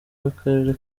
w’akarere